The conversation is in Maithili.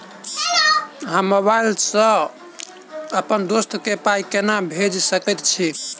हम मोबाइल सअ अप्पन दोस्त केँ पाई केना भेजि सकैत छी?